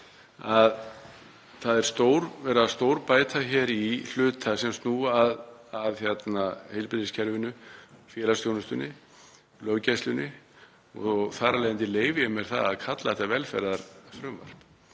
er verið að stórbæta í hluta sem snúa að heilbrigðiskerfinu, félagsþjónustunni og löggæslunni og þar af leiðandi leyfi ég mér að kalla þetta velferðarfrumvarp.